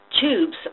tubes